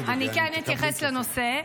אני כן אתייחס לנושא.